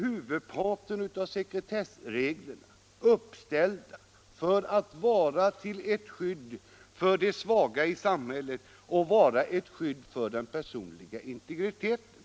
Huvudparten av sekretessreglerna är uppställda för att vara till skydd för de svaga i samhället och för den personliga integriteten.